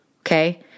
Okay